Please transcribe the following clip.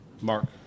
Mark